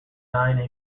nine